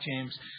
James